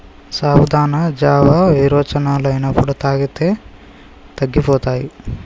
సాబుదానా జావా విరోచనాలు అయినప్పుడు తాగిస్తే తగ్గిపోతాయి